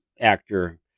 actor